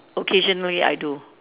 occasionally I do